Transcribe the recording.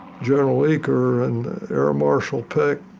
general eaker and air marshal peck.